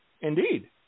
Indeed